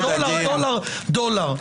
דולר, דולר, דולר.